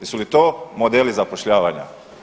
Jesu li to modeli zapošljavanja?